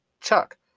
Chuck